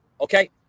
Okay